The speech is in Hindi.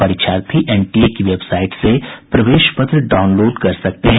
परीक्षार्थी एनटीए की वेबसाइट से प्रवेश पत्र डाउनलोड कर सकते हैं